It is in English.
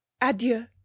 Adieu